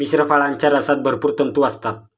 मिश्र फळांच्या रसात भरपूर तंतू असतात